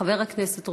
חברי חברי הכנסת,